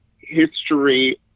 history